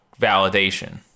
validation